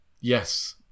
yes